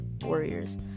Warriors